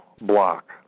block